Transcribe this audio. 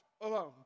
alone